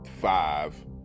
Five